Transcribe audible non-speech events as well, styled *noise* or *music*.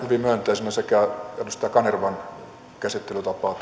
hyvin myönteisenä sekä edustaja kanervan esiintuomaa käsittelytapaa *unintelligible*